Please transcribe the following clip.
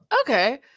okay